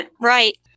Right